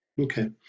Okay